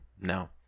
no